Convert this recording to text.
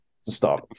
stop